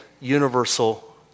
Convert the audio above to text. universal